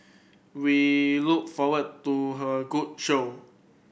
we look forward to her a good show